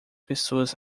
pessoas